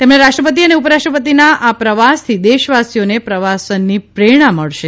તેમણે રાષ્ટ્રપતિ અને ઉપરાષ્ટ્રપતિના આ પ્રવાસથી દેશવાસીઓને પ્રવાસનની પ્રેરણા મળશે